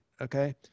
okay